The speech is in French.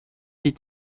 des